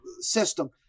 system